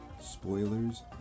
Spoilers